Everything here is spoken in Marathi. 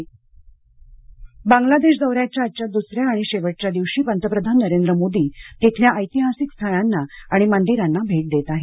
पंतप्रधान बांगला देश दौऱ्याच्या आजच्या दुसऱ्या आणि शेवटच्या दिवशी पंतप्रधान नरेंद्र मोदी तिथल्या ऐतिहासिक स्थळांना आणि मंदिरांना भेट देत आहेत